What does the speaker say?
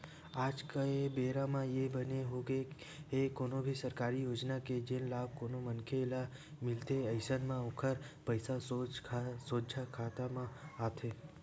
आज के बेरा म ये बने होगे हे कोनो भी सरकारी योजना के जेन लाभ कोनो मनखे ल मिलथे अइसन म ओखर पइसा सोझ खाता म आथे